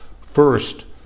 First